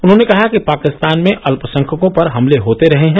उन्होंने कहा कि पाकिस्तान में अल्पसंख्यकों पर हमले होते रहे हैं